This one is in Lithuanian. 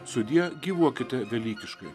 sudie gyvuokite velykiškai